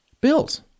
built